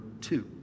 two